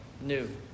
new